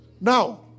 Now